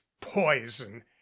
poison